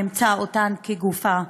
נמצא אותן כגופה,